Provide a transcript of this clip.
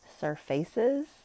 Surfaces